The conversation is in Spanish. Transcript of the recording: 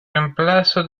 reemplazo